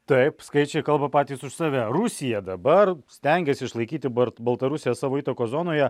taip skaičiai kalba patys už save rusija dabar stengiasi išlaikyti bart baltarusiją savo įtakos zonoje